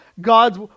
God's